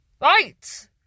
Right